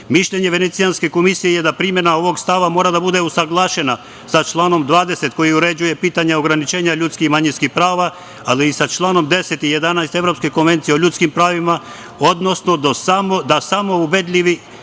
zabrane. Mišljenje Venecijanske komisije je da primena ovog stava mora da bude usaglašena sa članom 20. koji uređuje pitanje ograničena ljudskih i manjinskih prava, ali i sa članom 10. i 11. Evropske konvencije o ljudskim pravima, odnosno da samo ubedljivi